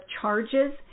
charges